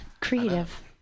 creative